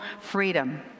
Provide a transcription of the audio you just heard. freedom